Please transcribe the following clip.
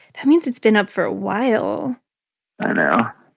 that means it's been up for a while i know.